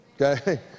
Okay